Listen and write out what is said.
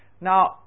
Now